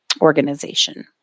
organization